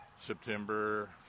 September